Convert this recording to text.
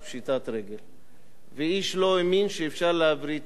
ואיש לא האמין שאפשר להבריא את הכלכלה.